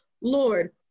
Lord